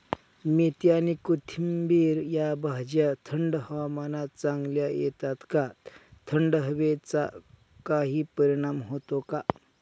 मेथी आणि कोथिंबिर या भाज्या थंड हवामानात चांगल्या येतात का? थंड हवेचा काही परिणाम होतो का?